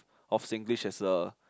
of Singlish as well